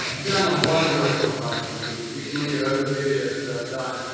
done a lot of work on vitamin d you can look at other videos that i've done